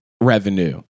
revenue